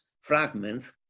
fragments